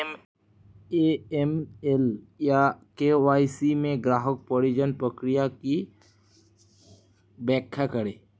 AML या KYC में ग्राहक पहचान प्रक्रिया की व्याख्या करें?